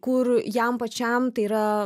kur jam pačiam tai yra